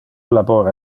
labora